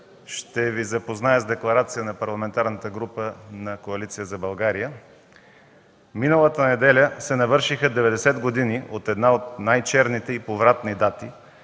Ще Ви запозная с: „ДЕКЛАРАЦИЯ на Парламентарната група на Коалиция за България Миналата неделя се навършиха 90 години от една от най-черните и повратни дати